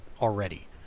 already